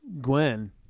Gwen